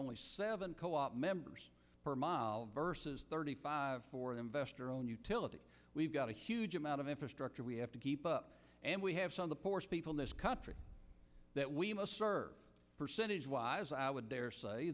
only seven co op members per mile versus thirty five for an investor owned utility we've got a huge amount of infrastructure we have to keep up and we have some of the poorest people in this country that we must serve percentage wise i would dare say